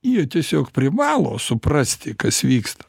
jie tiesiog privalo suprasti kas vyksta